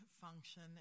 function